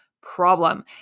problem